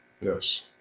yes